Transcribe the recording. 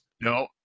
No